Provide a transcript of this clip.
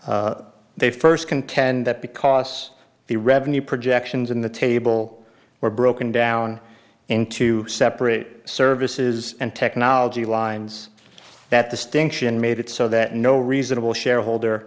they first contend that because the revenue projections in the table were broken down into separate services and technology lines that the stink ssion made it so that no reasonable shareholder